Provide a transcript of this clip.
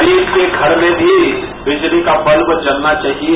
गरीब के घर में भी बिजली का बल्ब जलना चाहिये